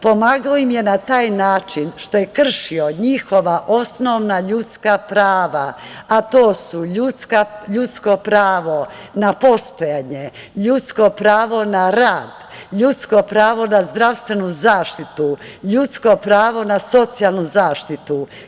Pomagao im je na taj način što je kršio njihova osnovna ljudska prava, a to su ljudsko pravo na postojanje, ljudsko pravo na rad, ljudsko pravo na zdravstvenu zaštitu, ljudsko pravo na socijalnu zaštitu.